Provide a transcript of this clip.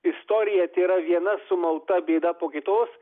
istorija tėra viena sumauta bėda po kitos